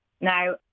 Now